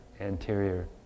anterior